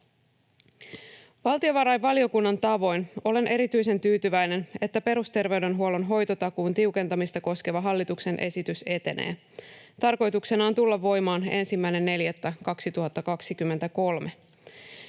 Valtiovarainvaliokunnan tavoin olen erityisen tyytyväinen, että perusterveydenhuollon hoitotakuun tiukentamista koskeva hallituksen esitys etenee tarkoituksenaan tulla voimaan 1.4.2023.